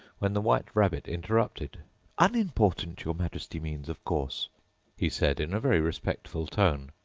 when the white rabbit interrupted unimportant, your majesty means, of course he said in a very respectful tone,